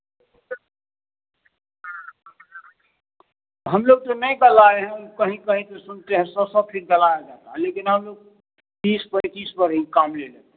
हम लोग तो नहीं गड़ाए हैं कहीं कहीं तो सुनते हैं सौ सौ फीट गड़ाया जाता है लेकिन हम लोग तीस पर बीस पर ही काम ले लेते हैं